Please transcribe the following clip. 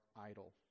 idle